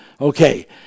Okay